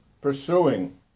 pursuing